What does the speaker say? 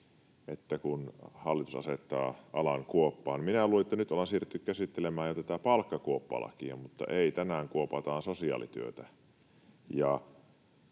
että hallitus asettaa alan kuoppaan, niin minä luulin, että nyt ollaan siirrytty käsittelemään jo tätä palkkakuoppalakia, mutta ei: tänään kuopataan sosiaalityötä.